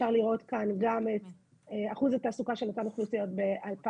אפשר לראות כאן גם את אחוז התעסוקה שאל אותן אוכלוסיות ב-2019,